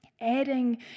adding